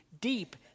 deep